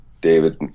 David